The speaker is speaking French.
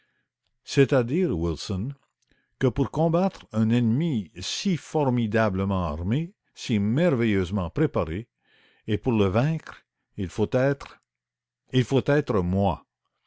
c'est-à-dire wilson que pour combattre un ennemi si formidablement armé si merveilleusement préparé et pour le vaincre il faut être il faut être moi